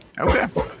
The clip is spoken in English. Okay